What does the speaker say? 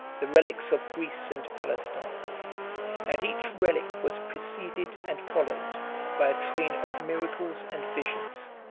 the relics of greece and palestine and each relic was preceded and followed by a train of miracles and visions.